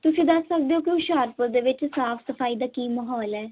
ਤੁਸੀਂ ਦੱਸ ਸਕਦੇ ਹੋ ਕਿ ਹੁਸ਼ਿਆਰਪੁਰ ਦੇ ਵਿੱਚ ਸਾਫ ਸਫਾਈ ਦਾ ਕੀ ਮਾਹੌਲ ਹੈ